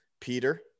Peter